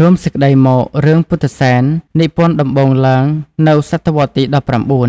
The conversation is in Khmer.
រួមសេចក្តីមករឿងពុទ្ធសែននិពន្ធដំបូងឡើងនៅស.វទី១